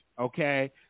okay